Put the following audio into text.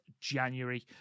January